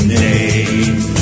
name